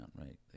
right